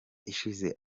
ishize